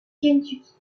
kentucky